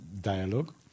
dialogue